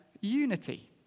unity